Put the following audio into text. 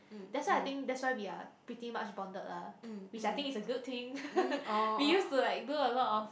that's why I think that's why we are pretty much bonded lah which I think is a good thing we used to like do a lot of